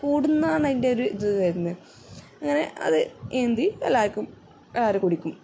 കൂടുമെന്നാണ് അതിൻ്റെ ഒരിത് വരുന്നത് അങ്ങനെ അത് ഏന്തി എല്ലാവർക്കും എല്ലാവരും കുടിക്കും